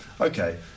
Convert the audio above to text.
okay